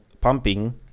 pumping